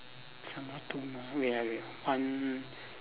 some more two more wait ah wait one